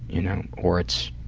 you know, or it's